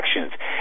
actions